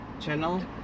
channel